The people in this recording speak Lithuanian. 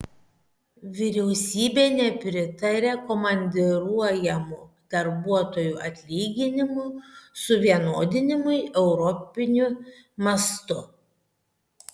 vyriausybė nepritaria komandiruojamų darbuotojų atlyginimų suvienodinimui europiniu mastu